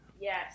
yes